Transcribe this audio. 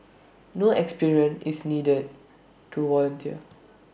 no experience is needed to volunteer